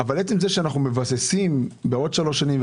אבל זה שאנחנו מבססים בעוד שלוש שנים,